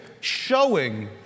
showing